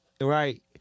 right